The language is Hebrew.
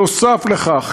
"נוסף לכך,